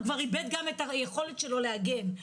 הוא איבד את היכולת שלו להגן.